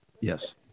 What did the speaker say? Yes